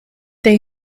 they